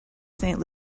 saint